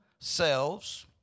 selves